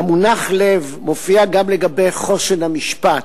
המונח "לב" מופיע גם לגבי חושן המשפט.